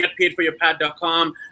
getpaidforyourpad.com